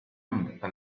labor